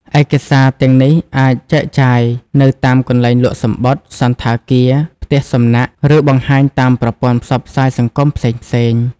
ឯកសារទាំងនេះអាចចែកចាយនៅតាមកន្លែងលក់សំបុត្រ សណ្ឋាគារ ផ្ទះសំណាក់ ឬបង្ហាញតាមប្រព័ន្ធផ្សព្វផ្សាយសង្គមផ្សេងៗ។